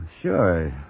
Sure